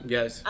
Yes